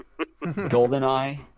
Goldeneye